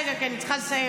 צגה כי אני צריכה לסיים.